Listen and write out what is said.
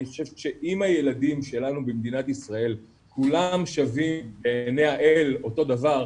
אני חושב שאם הילדים שלנו במדינת ישראל כולם שווים בעיני האל אותו דבר,